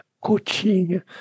coaching